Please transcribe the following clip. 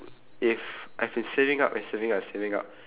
if I've been saving up and saving up and saving up